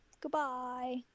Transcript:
goodbye